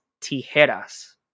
tijeras